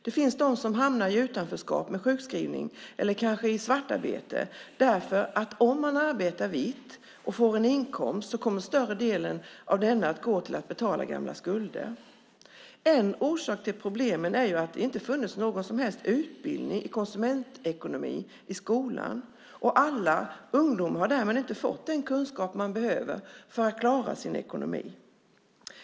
Det finns de som hamnar i utanförskap med sjukskrivning eller kanske i svartarbete därför att om de arbetar vitt och får en inkomst kommer större delen av den att gå till att betala gamla skulder. En orsak till problemen är att det inte har funnits någon som helst utbildning i konsumentekonomi i skolan. Alla ungdomar har därmed inte fått den kunskap som de behöver för att klara sin ekonomi.